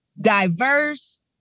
diverse